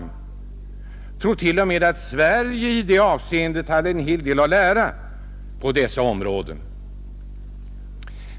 Jag tror till och med att Sverige skulle ha en hel del att lära på detta område.